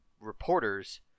reporters